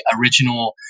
original